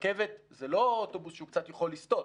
רכבת זה לא אוטובוס שהוא קצת יכול לסתות.